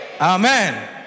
Amen